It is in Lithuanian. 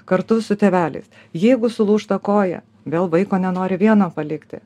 kartu su tėveliais jeigu sulūžta koja vėl vaiko nenori vieno palikti